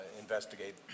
investigate